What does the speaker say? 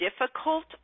difficult